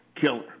killer